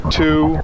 two